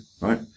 Right